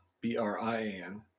B-R-I-A-N